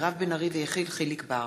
מירב בן ארי ויחיאל חיליק בר,